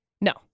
No